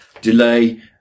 delay